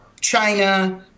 China